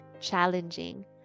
challenging